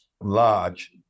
large